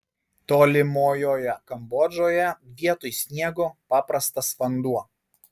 tolimojoje kambodžoje vietoj sniego paprastas vanduo